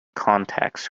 contacts